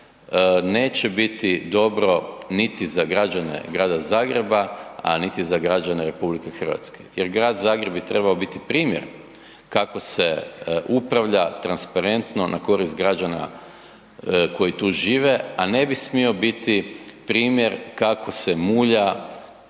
neće biti dobro niti za građane Grada Zagreba, a niti za građane RH jer Grad Zagreb bi trebao biti primjer kako se upravlja transparentno na korist građana koji tu žive, a ne bi smio biti primjer kako se mulja,